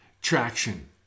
traction